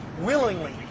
willingly